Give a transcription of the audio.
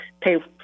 pay